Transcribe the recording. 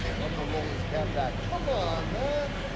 i'm gonna roll his cap back, come on man.